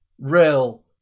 real